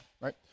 right